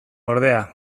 ordea